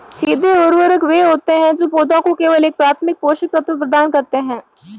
सीधे उर्वरक वे होते हैं जो पौधों को केवल एक प्राथमिक पोषक तत्व प्रदान करते हैं